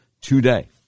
Today